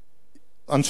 אנשי אקדמיה.